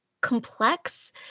complex